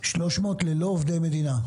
300 מיליון שקלים ללא עובדי מדינה.